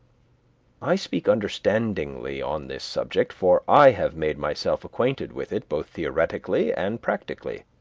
i speak understandingly on this subject, for i have made myself acquainted with it both theoretically and practically.